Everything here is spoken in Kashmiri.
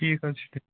ٹھیٖک حظ چھُ تیٚلہِ